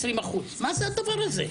20%, מה זה הדבר הזה?